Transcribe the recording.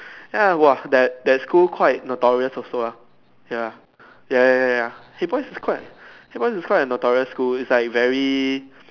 ya !wah! that that school quite notorious also ah ya ya ya ya ya haig boys' is quite Haig Boys' is quite a notorious school is like very